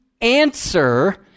answer